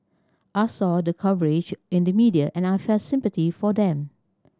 I saw the coverage in the media and I felt sympathy for them